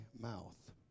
mouth